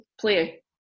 play